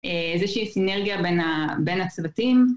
איזה שהיא סינרגיה בין הצוותים.